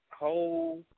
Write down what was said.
whole